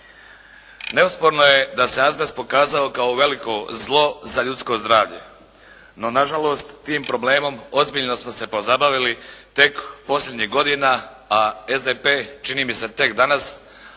Neosporno je da se azbest pokazao kao veliko zlo za ljudsko zdravlje. No, na žalost tim problemom ozbiljno smo se pozabavili tek posljednjih godina, a SDP čini mi se tek danas,